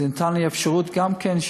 כי זה נתן לי אפשרות גם כן,